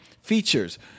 features